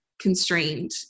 constrained